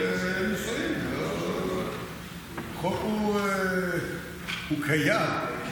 חוק הוא קיים,